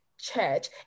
church